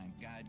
god